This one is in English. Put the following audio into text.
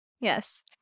Yes